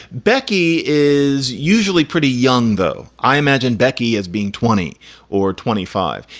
becky is usually pretty young, though, i imagine, becky, as being twenty or twenty five.